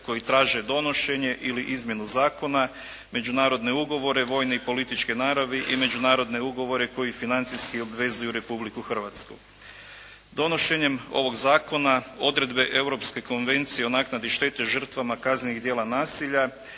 koji traže donošenje ili izmjenu zakona, međunarodne ugovore, vojne i političke naravi i međunarodne ugovore koji financijski obvezuju Republiku Hrvatsku. Donošenjem ovoga zakona odredbe Europske konvencije o naknadi štete žrtvama kaznenih djela nasilja